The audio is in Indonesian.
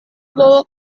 bahwa